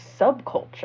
subculture